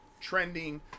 trending